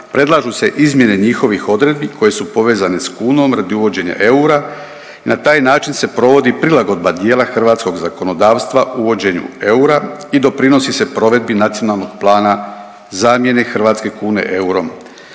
predlažu se izmjene njihovih odredbi koje su povezane sa kunom radi uvođenja eura i na taj način se provodi prilagodba dijela hrvatskog zakonodavstva uvođenju eura i doprinosi se provedbi Nacionalnog plana zamjene hrvatske kune eurom.